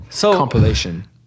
compilation